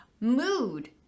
mood